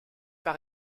par